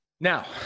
Now